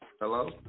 hello